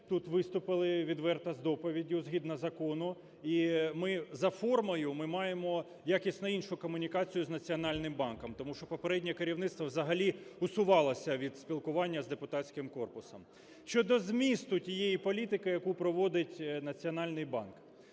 тут виступили відверто з доповіддю, згідно закону, і за формою ми маємо якісно іншу комунікацію з Національним банком. Тому що попереднє керівництво взагалі усувалося від спілкування з депутатським корпусом. Щодо змісту тієї політики, яку проводить Національний банк.